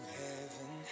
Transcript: heaven